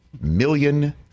million